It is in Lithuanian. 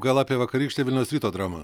gal apie vakarykštę vilniaus ryto dramą